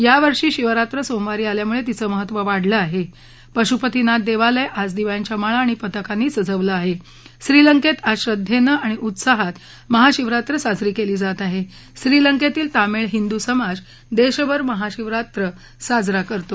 या वर्षी शिवरात्र सोमवारी आल्यामुळविचं महत्त्व वाढलं आह पिशुपतिनाथ दक्षिलय आज दिव्यांच्या माळा पताकांनी सजवलं आहक् श्रीलंक्तीआज श्रद्ध आणि उत्साहात महाशिवरात्री साजरी क्ली जात आह अीलंक्तील तामिळ हिंदू समाज दधभर महाशिवरात्री साजरा करतो